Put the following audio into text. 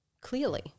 clearly